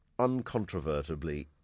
uncontrovertibly